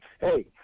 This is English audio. Hey